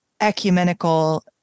ecumenical